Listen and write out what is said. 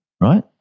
right